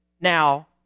now